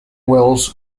wales